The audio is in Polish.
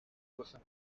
głosem